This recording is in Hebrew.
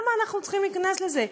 למה אנחנו צריכים להיכנס לזה?